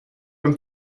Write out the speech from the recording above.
und